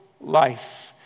life